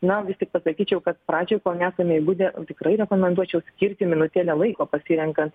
na vis tik pasakyčiau kad pradžioj kol nesame įgudę tikrai rekomenduočiau skirti minutėlę laiko pasirenkant